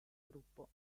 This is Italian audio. gruppo